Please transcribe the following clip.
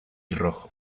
rojo